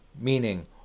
Meaning